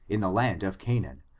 in the land of canaan,